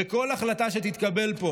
ולכל החלטה שתתקבל פה